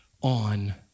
on